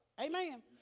Amen